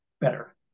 better